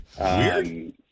Weird